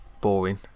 boring